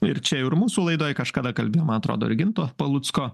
ir čia ir mūsų laidoj kažkada kalbėjom man atrodo ir ginto palucko